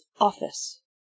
office